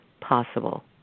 possible